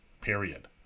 Period